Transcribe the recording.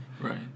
Right